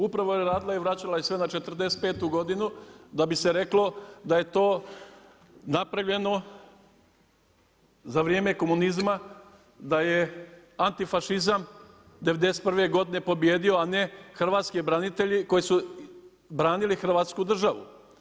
Upravo jer je radila i vraćala sve na '45. godinu, da bi se reklo, da je to napravljeno, za vrijeme komunizma, da je antifašizam '91. godine pobijedio a ne hrvatski branitelji koji su branili Hrvatsku državu.